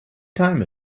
time